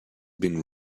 been